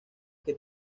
que